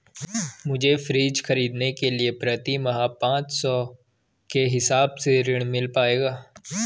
मुझे फ्रीज खरीदने के लिए प्रति माह पाँच सौ के हिसाब से ऋण मिल पाएगा?